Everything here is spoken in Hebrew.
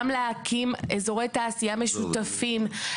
גם להקים אזורי תעשייה משותפים,